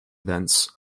events